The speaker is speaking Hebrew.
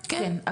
כן.